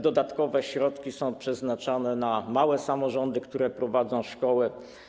Dodatkowe środki są przeznaczane także na małe samorządy, które prowadzą szkoły.